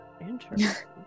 Interesting